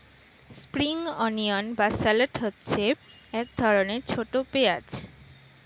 spring onion বা shallot হচ্ছে এক ধরনের ছোট পেঁয়াজ